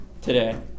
today